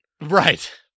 Right